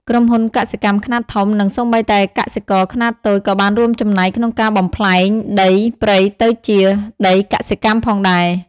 ក្រុមហ៊ុនកសិកម្មខ្នាតធំ និងសូម្បីតែកសិករខ្នាតតូចក៏បានរួមចំណែកក្នុងការបំប្លែងដីព្រៃទៅជាដីកសិកម្មផងដែរ។